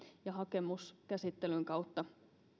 ja hakemuskäsittelyn kautta